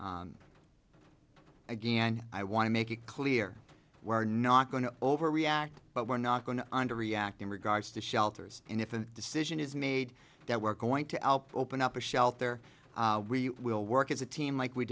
again and i want to make it clear we're not going to overreact but we're not going to react in regards to shelters and if a decision is made that we're going to alp open up a shelter we will work as a team like we